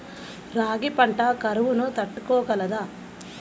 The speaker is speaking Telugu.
రాగి పంట కరువును తట్టుకోగలదా?